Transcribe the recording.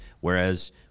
whereas